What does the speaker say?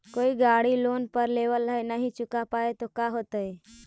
कोई गाड़ी लोन पर लेबल है नही चुका पाए तो का होतई?